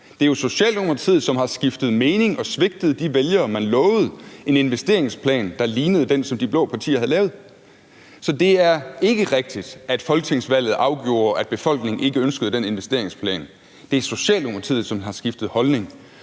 Det er jo Socialdemokratiet, som har skiftet mening og svigtet de vælgere, man lovede en investeringsplan, der lignede den, som de blå partier havde lavet. Så det er ikke rigtigt, at folketingsvalget afgjorde, at befolkningen ikke ønskede den investeringsplan; det er Socialdemokratiet, som har skiftet holdning.